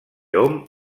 hom